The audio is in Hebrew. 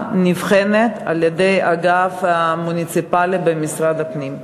נבחנת על-ידי האגף המוניציפלי במשרד הפנים.